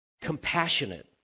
compassionate